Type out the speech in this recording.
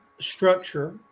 structure